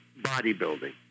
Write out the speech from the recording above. bodybuilding